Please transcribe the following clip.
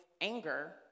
anger